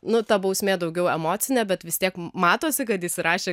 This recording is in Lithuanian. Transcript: nu ta bausmė daugiau emocinė bet vis tiek matosi kad įsirašė